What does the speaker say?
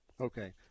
Okay